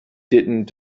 didn’t